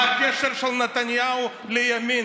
מה הקשר של נתניהו לימין?